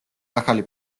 ახალი